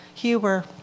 Huber